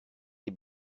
die